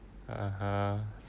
(uh huh)